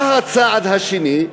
מה הצעד השני?